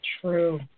True